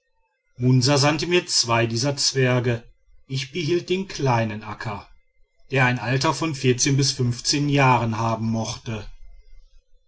munsa sandte mir zwei dieser zwerge ich behielt den kleinen akka der ein alter von bis jahren haben mochte